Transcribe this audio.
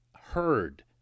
heard